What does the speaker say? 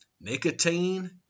nicotine